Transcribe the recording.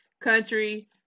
country